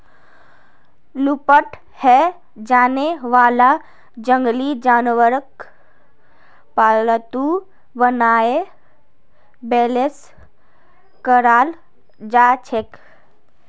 लुप्त हैं जाने वाला जंगली जानवरक पालतू बनाए बेलेंस कराल जाछेक